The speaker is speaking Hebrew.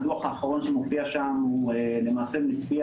הדו"ח האחרון שמופיע שם הוא למעשה מצביע